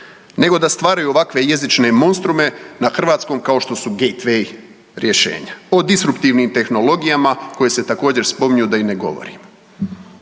nego da stvaraju ovakve jezične monstrume na hrvatskom kao što su Gejtvej rješenja, o instruktivnim tehnologijama koje se također spominju da i ne govorim.